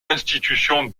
institution